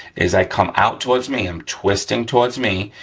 is i come out towards me, i'm twisting towards me,